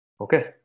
okay